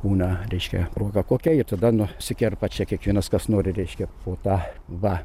būna reiškia proga kokia ir tada nusikerpa čia kiekvienas kas nori reiškia po tą va